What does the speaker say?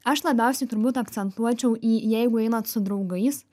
aš labiausiai turbūt akcentuočiau į jeigu einat su draugais